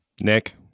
Nick